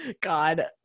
God